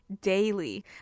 daily